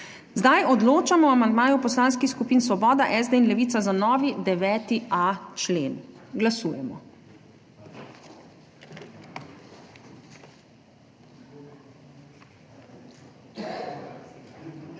Zdaj odločamo o amandmaju poslanskih skupin Svoboda, SD in Levica za novi 9.a člen. Glasujemo.